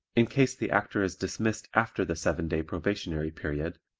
in case the actor is dismissed after the seven day probationary period,